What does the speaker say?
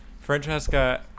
Francesca